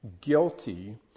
guilty